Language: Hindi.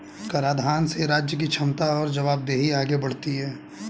कराधान से राज्य की क्षमता और जवाबदेही आगे बढ़ती है